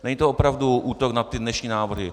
Není to opravdu útok na ty dnešní návrhy.